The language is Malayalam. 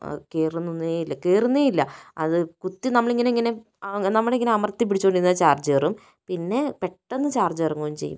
അത് കയറുന്നൊന്നുമേ ഇല്ല കയറുന്നേ ഇല്ല അത് കുത്തി നമ്മള് ഇങ്ങനെ ഇങ്ങനെ ആ നമ്മളിങ്ങനെ അമർത്തി പിടിച്ചുകൊണ്ട് നിന്നാൽ ചാർജ് കയറും പിന്നെ പെട്ടെന്ന് ചാർജ് ഇറങ്ങുകയും ചെയ്യും